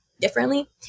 differently